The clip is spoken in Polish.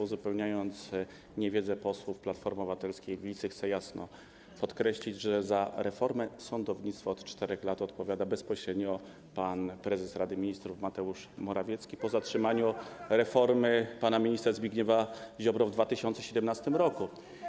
Uzupełniając niewiedzę posłów Platformy Obywatelskiej i Lewicy, chcę jasno podkreślić, że za reformę sądownictwa od 4 lat odpowiada bezpośrednio pan prezes Rady Ministrów Mateusz Morawiecki, po zatrzymaniu reformy pana ministra Zbigniewa Ziobro w 2017 r.